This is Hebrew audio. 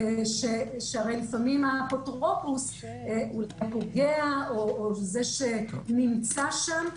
שהרי לפעמים האפוטרופוס הוא הפוגע או זה שנמצא שם,